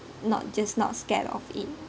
not just not scared of it